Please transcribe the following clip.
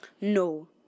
No